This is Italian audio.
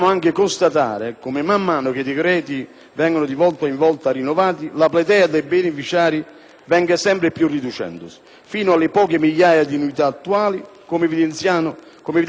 venga sempre più riducendosi, fino alle poche migliaia di unità attuali, come evidenziano i dati della nota di lettura del Servizio bilancio del Senato. Nella Relazione tecnica si stima,